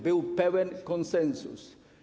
Był pełen konsensus.